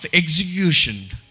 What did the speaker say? execution-